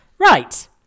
right